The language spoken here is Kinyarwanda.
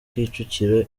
kicukiro